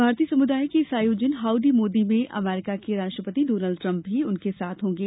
भारतीय समुदाय के इस आयोजन हाउडी मोदी में अमरीका के राष्ट्रपति डॉनल्ड ट्रम्प भी उनके साथ होंगे